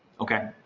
okay.